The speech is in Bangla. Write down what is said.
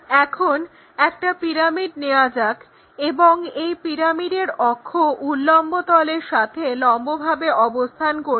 এখন একটা পিরামিড নেওয়া যাক এবং এই পিরামিডের অক্ষ উল্লম্ব তলের সাথে লম্বভাবে অবস্থান করছে